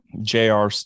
JR